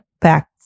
back